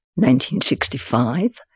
1965